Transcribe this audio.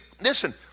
Listen